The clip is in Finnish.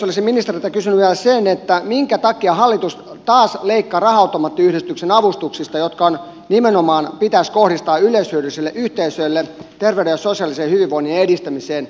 olisin ministeriltä kysynyt vielä sitä minkä takia hallitus taas leikkaa raha automaattiyhdistyksen avustuksista jotka nimenomaan pitäisi kohdistaa yleishyödyllisille yhteisöille terveyden ja sosiaalisen hyvinvoinnin edistämiseen